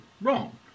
wrong